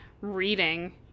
reading